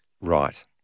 right